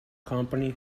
company